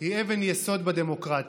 היא אבן יסוד בדמוקרטיה.